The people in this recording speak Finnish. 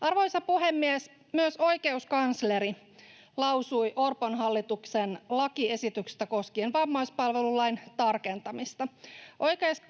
Arvoisa puhemies! Myös oikeuskansleri lausui Orpon hallituksen lakiesityksestä koskien vammaispalvelulain tarkentamista.